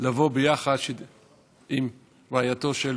לבוא יחד עם רעייתו של